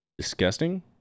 Disgusting